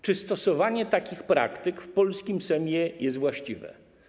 Czy stosowanie takich praktyk w polskim Sejmie jest właściwe?